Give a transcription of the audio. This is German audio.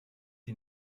die